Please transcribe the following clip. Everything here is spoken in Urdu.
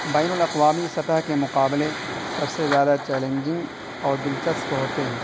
بین الاقوامی سطح کے مقابلے سب سے زیادہ چیلنجنگ اور دلچسپ ہوتے ہیں